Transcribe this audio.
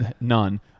None